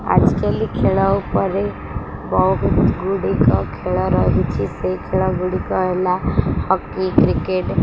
ଆଜିକାଲି ଖେଳ ଉପରେ ବହୁତଗୁଡ଼ିକ ଖେଳ ରହିଛି ସେହି ଖେଳଗୁଡ଼ିକ ହେଲା ହକି କ୍ରିକେଟ୍